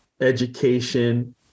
education